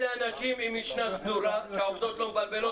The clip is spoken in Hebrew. אלה אנשים עם משנה סדורה שהעובדות לא מבלבלות